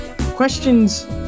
questions